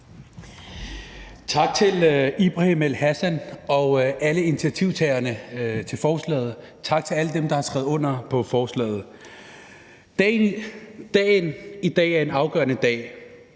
Tak til Ibrahim El-Hassan og alle initiativtagerne til forslaget. Tak til alle dem, der har skrevet under på forslaget. Dagen i dag er en afgørende dag.